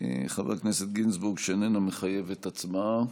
חבר הכנסת גינזבורג, שאיננה מחייבת הצבעה.